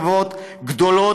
מאות חברות גדולות,